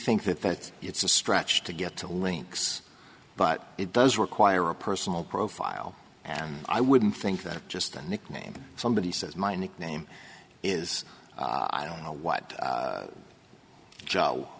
think that it's a stretch to get to links but it does require a personal profile and i wouldn't think that just a nickname somebody says my nickname is i don't know what